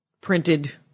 printed